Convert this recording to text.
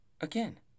again